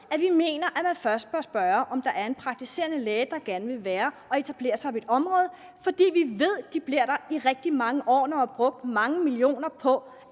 at vi mener, at man først bør spørge, om der er en praktiserende læge, der gerne vil være og etablere sig i et område, for vi ved, at de bliver der i rigtig mange år, når de har brugt mange millioner